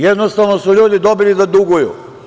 Jednostavno su ljudi dobili da duguju.